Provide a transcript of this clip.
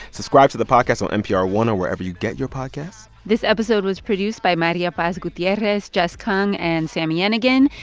subscribe to the podcast on npr one or wherever you get your podcasts this episode was produced by maria paz gutierrez, jess kung and sami yenigun.